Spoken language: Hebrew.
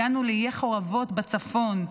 הגענו לעיי חורבות בצפון.